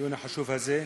לדיון החשוב הזה,